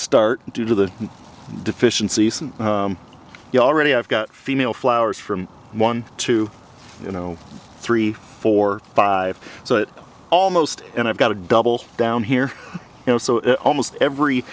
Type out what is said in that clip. start due to the deficiencies and you already i've got female flowers from one to you know three four five so it almost and i've got a double down here you know so it's almost every